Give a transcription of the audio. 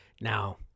now